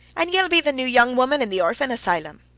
an' ye'll be the new young woman in the orphan asylum?